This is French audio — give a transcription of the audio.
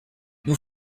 nous